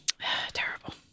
Terrible